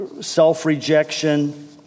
self-rejection